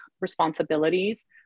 responsibilities